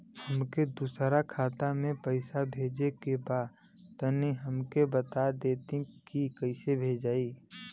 हमके दूसरा खाता में पैसा भेजे के बा तनि हमके बता देती की कइसे भेजाई?